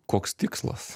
koks tikslas